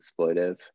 exploitive